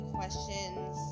questions